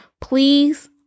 please